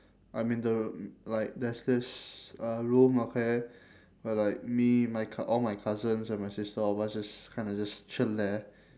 I mean the like there's there's a room okay but like me my c~ all my cousins and my sister all of us just kind of just chill there